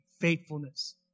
faithfulness